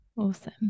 Awesome